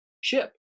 ship